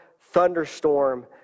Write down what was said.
thunderstorm